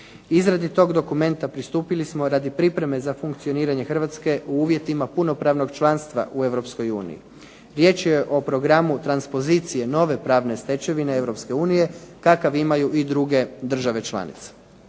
Izradi tog dokumenta pristupili smo radi pripreme za funkcioniranje Hrvatske u uvjetima punopravnog članstva u Europskoj uniji. Riječ je o programu transpozicije nove pravne stečevine Europske unije kakav imaju i druge države članice.